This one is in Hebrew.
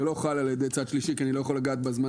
זה לא חל על ידי צד שלישי כי אני לא יכול לגעת בהזמנה,